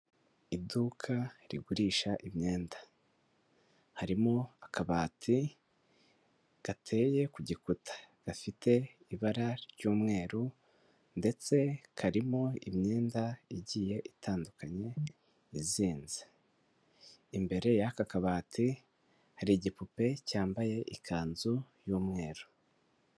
Iduka rigurisha imyenda, harimo akabati gateye ku gikuta, gafite ibara ry'umweru ndetse karimo imyenda igiye itandukanye izinze, imbere y'aka kabati hari igipupe cyambaye ikanzu y'umweru.